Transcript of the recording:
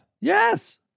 yes